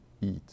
eat